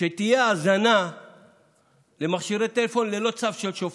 זחיחות הדעת הזאת תבוא לך בפרצוף.